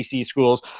schools